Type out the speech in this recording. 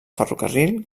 ferrocarril